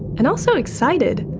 and also excited.